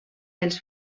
els